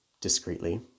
discreetly